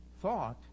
thought